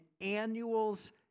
annual's